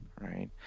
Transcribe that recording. right